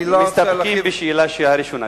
מסתפקים בשאלה הראשונה.